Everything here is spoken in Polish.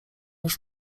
już